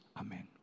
Amen